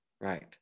right